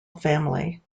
family